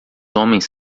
homens